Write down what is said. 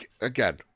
again